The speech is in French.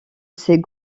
ces